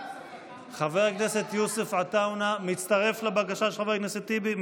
חבר הכנסת יוסף עטאונה מצטרף לבקשה של חבר הכנסת טיבי?